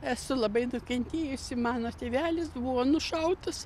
esu labai nukentėjusi mano tėvelis buvo nušautas